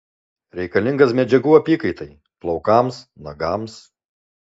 reikalingas medžiagų apykaitai plaukams nagams